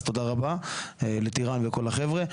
תודה רבה לטיראן ולכל החבר'ה.